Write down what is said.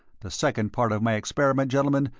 the second part of my experiment, gentlemen,